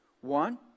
One